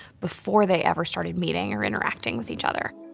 before they ever started meeting or interacting with each other.